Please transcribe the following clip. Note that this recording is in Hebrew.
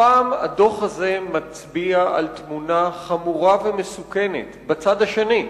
הפעם הדוח הזה מצביע על תמונה חמורה ומסוכנת בצד השני,